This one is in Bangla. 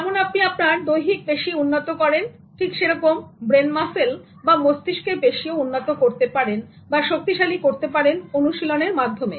যেমন আপনি আপনার দৈহিক পেশী উন্নত করেন ঠিক সেরকম ব্রেন মাসলওমস্তিষ্কের পেশীও উন্নত করতে পারেন বা শক্তিশালী করতে পারেন অনুশীলনের মাধ্যমে